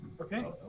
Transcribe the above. Okay